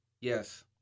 Yes